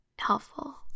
helpful